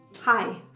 Hi